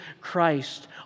Christ